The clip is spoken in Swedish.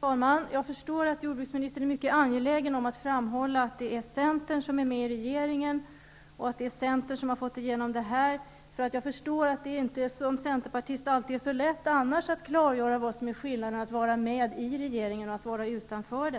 Fru talman! Jag förstår att jordbruksministern är mycket angelägen om att framhålla att det är Centern som är med i regeringen och att det är Centern som har fått igenom det här. Jag förstår att det som centerpartist annars inte alltid är så lätt att klargöra skillnaden mellan att vara med i regeringen och att vara utanför.